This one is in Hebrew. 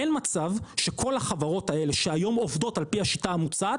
אין מצב שכל החברות האלה שעובדות על פי השיטה המוצעת,